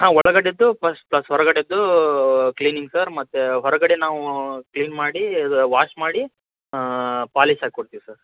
ಹಾಂ ಒಳಗಡೇದು ಪ್ಲಸ್ ಹೊರಗಡೇದು ಕ್ಲೀನಿಂಗ್ ಸರ್ ಮತ್ತೆ ಹೊರಗಡೆ ನಾವು ಕ್ಲೀನ್ ಮಾಡಿ ಇದು ವಾಶ್ ಮಾಡಿ ಪಾಲಿಶ್ ಹಾಕೊಡ್ತೀವಿ ಸರ್